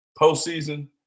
postseason